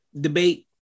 debate